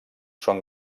són